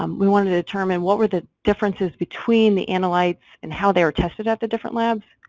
um we wanted to determine what were the differences between the analytes and how they are tested at the different labs?